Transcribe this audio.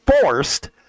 forced